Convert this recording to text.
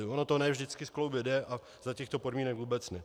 Ono to ne vždycky skloubit jde a za těchto podmínek vůbec ne.